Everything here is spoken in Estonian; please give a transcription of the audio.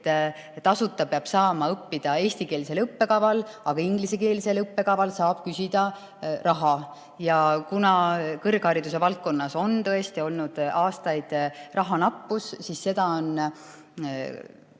tasuta peab saama õppida eestikeelsel õppekaval, aga ingliskeelse õppekava puhul saab küsida raha. Ja kuna kõrghariduse valdkonnas on tõesti olnud aastaid rahanappus, siis võimalust,